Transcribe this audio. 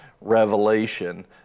revelation